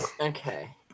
Okay